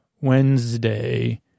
Wednesday